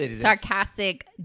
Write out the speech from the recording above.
sarcastic